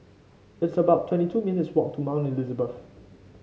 it's about twenty two minutes' walk to Mount Elizabeth